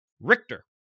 Richter